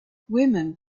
women